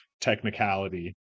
technicality